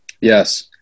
Yes